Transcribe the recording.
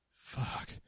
fuck